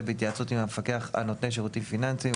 בהתייעצות עם המפקח על נותני שירותים פיננסיים,